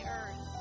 earth